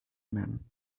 man